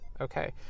Okay